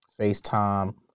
FaceTime